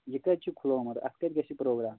یہِ کَٔتہِ چھُ کھُلوومُت اَتھ کَتہِ گژھِ یہِ پرٛوگرام